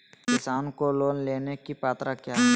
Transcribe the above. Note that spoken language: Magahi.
किसान को लोन लेने की पत्रा क्या है?